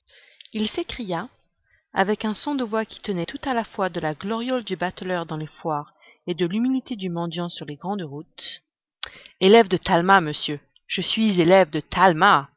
il s'écria avec un son de voix qui tenait tout à la fois de la gloriole du bateleur dans les foires et de l'humilité du mendiant sur les grandes routes élève de talma monsieur je suis élève de talma